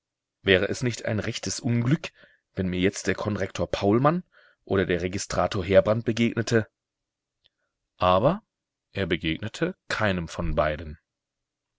wäre es nicht ein rechtes unglück wenn mir jetzt der konrektor paulmann oder der registrator heerbrand begegnete aber er begegnete keinem von beiden